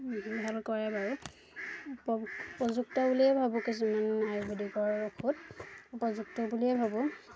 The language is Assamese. ভাল কৰে বাৰু উপ উপযুক্ত বুলিয়েই ভাবোঁ কিছুমান আয়ুেদিকৰ ঔষধ উপযুক্ত বুলিয়েই ভাবোঁ